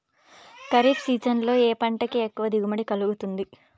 Kharif season లో ఏ పంట కి ఎక్కువ దిగుమతి కలుగుతుంది?